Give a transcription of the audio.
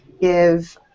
give